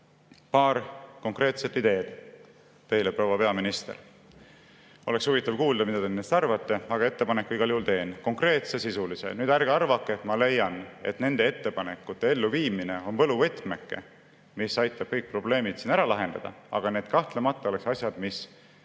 paar konkreetset ideed teile, proua peaminister. Oleks huvitav kuulda, mida te nendest arvate, aga ettepaneku igal juhul teen – konkreetse, sisulise. Ärge arvake, et ma leian, et nende ettepanekute elluviimine on võluvõtmeke, mis aitab kõik probleemid ära lahendada, aga need kahtlemata oleks asjad, mis